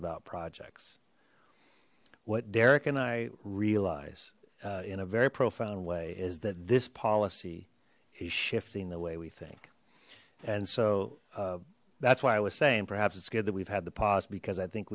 about projects what derek and i realize in a very profound way is that this policy is shifting the way we think and so that's why i was saying perhaps it's good that we've had the pause because i think